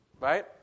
Right